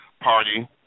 party